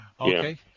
Okay